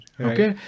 Okay